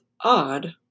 odd